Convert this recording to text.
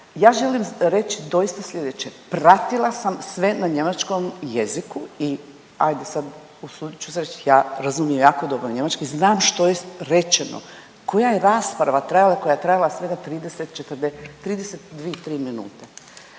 ja želim reći doista slijedeće, pratila sam sve na njemačkom jeziku i ajde sad usudit ću se reć ja razumijem jako dobro njemački, znam što je rečeno, koja je rasprava trajala, koja je trajala svega 30, 32-'3 minute.